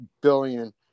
billion